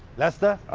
lester?